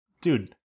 dude